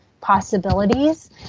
possibilities